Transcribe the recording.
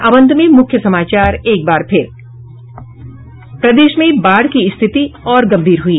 और अब अंत में मूख्य समाचार एक बार फिर प्रदेश में बाढ़ की स्थिति और गम्भीर हुई